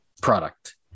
product